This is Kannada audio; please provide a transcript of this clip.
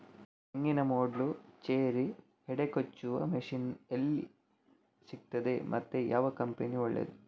ತೆಂಗಿನ ಮೊಡ್ಲು, ಚೇರಿ, ಹೆಡೆ ಕೊಚ್ಚುವ ಮಷೀನ್ ಎಲ್ಲಿ ಸಿಕ್ತಾದೆ ಮತ್ತೆ ಯಾವ ಕಂಪನಿ ಒಳ್ಳೆದು?